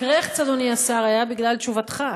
הקרעכץ, אדוני השר, היה בגלל תשובתך,